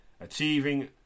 achieving